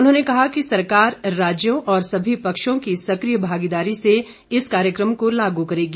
उन्होंने कहा कि सरकार राज्यों और समी पक्षों की सक्रिय भागीदारी से इस कार्यक्रम को लागू करेगी